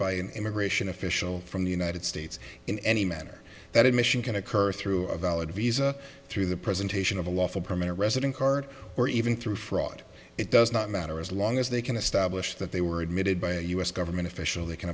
by an immigration official from the united states in any manner that admission can occur through a valid visa through the presentation of a lawful permanent resident card or even through fraud it does not matter as long as they can establish that they were admitted by a u s government official they can